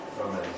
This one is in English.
Amen